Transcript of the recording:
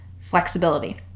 flexibility